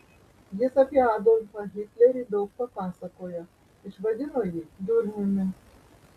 jis apie adolfą hitlerį daug papasakojo išvadino jį durniumi